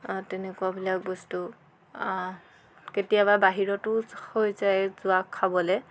তেনেকুৱাবিলাক বস্তু কেতিয়াবা বাহিৰতো হৈ যায় যোৱা খাবলৈ